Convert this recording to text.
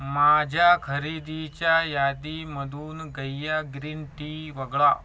माझ्या खरेदीच्या यादीमधून गइया ग्रीन टी वगळा